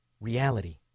reality